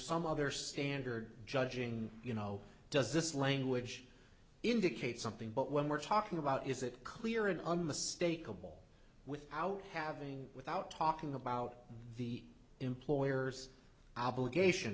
some other standard judging you know does this language indicate something but when we're talking about is it clear and unmistakable without having without talking about the employer's obligation